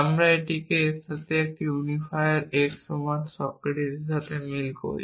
আমরা এটিকে এর সাথে একটি ইউনিফায়ার x সমান সক্রেটিসের সাথে মিল করি